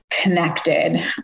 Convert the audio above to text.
connected